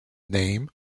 name